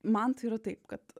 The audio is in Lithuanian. man tai yra taip kad